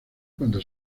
cuando